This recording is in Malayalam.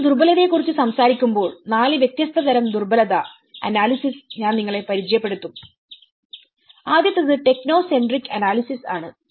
ഞങ്ങൾ ദുർബലതയെക്കുറിച്ച് സംസാരിക്കുമ്പോൾ നാല് വ്യത്യസ്ത തരം ദുർബലത അനാലിസിസ് ഞാൻ നിങ്ങളെ പരിചയപ്പെടുത്തും ആദ്യത്തേത് ടെക്നോ സെൻട്രിക് അനാലിസിസ് ആണ്